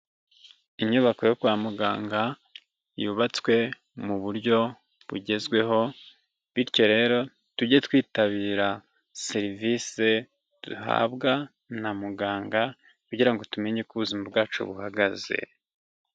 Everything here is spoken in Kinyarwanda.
Inyubako yo kwa muganga yubatswe mu buryo bugezweho bityo rero tujye twitabira serivisi duhabwa na muganga kugirango tumenye uko ubuzima bwacu uhagaze.